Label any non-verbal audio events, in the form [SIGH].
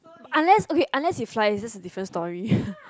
unless okay unless it flies that's a different story [LAUGHS]